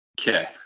Okay